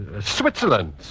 Switzerland